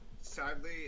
sadly